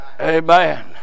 Amen